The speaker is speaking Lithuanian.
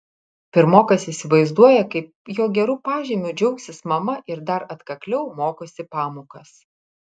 pirmokas įsivaizduoja kaip jo geru pažymiu džiaugsis mama ir dar atkakliau mokosi pamokas